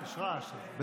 רעש, אז.